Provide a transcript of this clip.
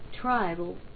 tribal